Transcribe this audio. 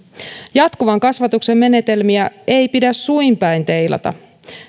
jatkuvan kasvatuksen menetelmiä ei pidä suinpäin teilata